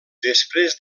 després